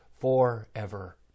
forever